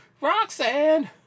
Roxanne